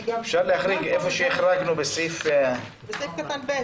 אפשר להחריג איפה שהחרגנו בסעיף --- בסעיף קטן (ב).